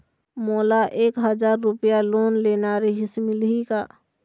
मोला एक हजार रुपया लोन लेना रीहिस, मिलही का?